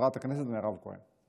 חברת הכנסת מירב כהן.